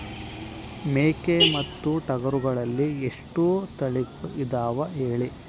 ಮೇಕೆ ಮತ್ತು ಟಗರುಗಳಲ್ಲಿ ಎಷ್ಟು ತಳಿಗಳು ಇದಾವ ಹೇಳಿ?